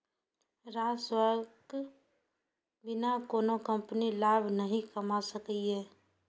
राजस्वक बिना कोनो कंपनी लाभ नहि कमा सकैए